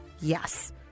Yes